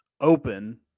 open